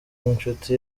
inshuti